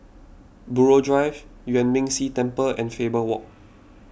Buroh Drive Yuan Ming Si Temple and Faber Walk